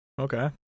Okay